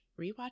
rewatch